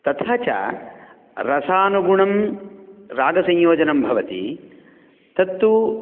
तथा च रसानुगुणं रागसंयोजनं भवति तत्तु